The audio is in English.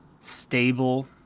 stable